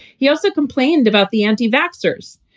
he also complained about the anti-vaxxers.